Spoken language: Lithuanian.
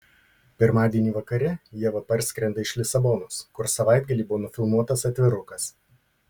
pirmadienį vakare ieva parskrenda iš lisabonos kur savaitgalį buvo nufilmuotas atvirukas